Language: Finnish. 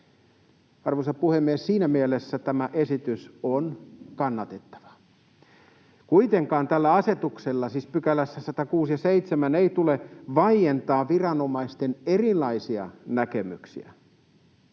Arvoisa puhemies! Siinä mielessä tämä esitys on kannatettava. Kuitenkaan tällä asetuksella, siis 106 ja 107 §:stä, ei tule vaientaa viranomaisten erilaisia näkemyksiä